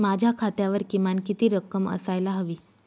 माझ्या खात्यावर किमान किती रक्कम असायला हवी?